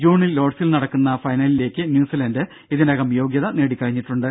ജൂണിൽ ലോർഡ്സിൽ നടക്കുന്ന ഫൈനലിലേക്ക് ന്യൂസിലന്റ് ഇതിനകം യോഗ്യത നേടിക്കഴിഞ്ഞിട്ടുണ്ട്